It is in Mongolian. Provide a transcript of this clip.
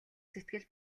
сэтгэл